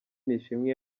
nishimwe